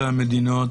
11 המדינות